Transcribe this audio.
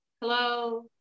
hello